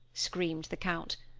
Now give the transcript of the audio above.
screamed the count.